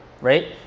right